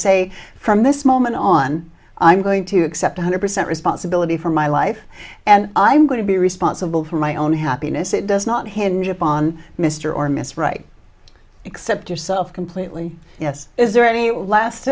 say from this moment on i'm going to accept one hundred percent responsibility for my life and i'm going to be responsible for my own happiness it does not hinge upon mr or miss right except yourself completely yes is there any last